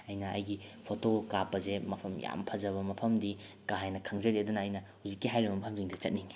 ꯑꯩꯅ ꯑꯩꯒꯤ ꯐꯣꯇꯣ ꯀꯥꯞꯄꯁꯦ ꯃꯐꯝ ꯌꯥꯝ ꯐꯖꯕ ꯃꯐꯝꯗꯤ ꯀꯥꯍꯦꯟꯅ ꯈꯪꯖꯗꯦ ꯑꯗꯨꯅ ꯑꯩꯅ ꯍꯧꯖꯤꯛꯀꯤ ꯍꯥꯏꯔꯤꯕ ꯃꯐꯝꯁꯤꯡꯗ ꯆꯠꯅꯤꯡꯏ